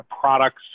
products